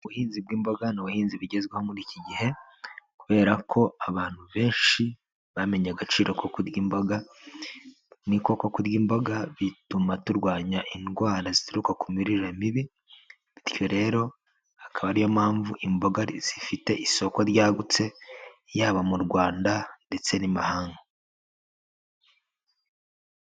Ubuhinzi bw'imboga ni ubahinzi bigezweho muri iki gihe kubera ko abantu benshi bamenya agaciro ko kurya imboga, ni koko kurya imboga bituma turwanya indwara zituruka ku mirire mibi bityo rero akaba ari yo mpamvu imboga zifite isoko ryagutse yaba mu Rwanda ndetse n'imahanga.